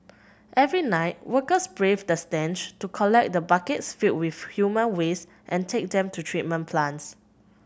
every night workers braved the stench to collect the buckets filled with human waste and take them to treatment plants